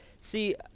See